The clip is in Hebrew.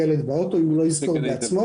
לו ילד באוטו אם הוא לא יזכור בעצמו.